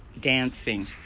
dancing